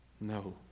No